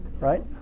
right